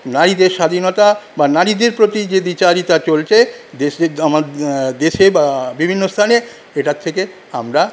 নারীদের স্বাধীনতা বা নারীদের প্রতি যে দ্বিচারিতা চলছে দেশে আমা দেশে বা বিভিন্ন স্থানে এটার থেকে আমরা